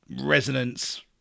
Resonance